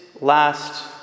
last